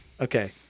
Okay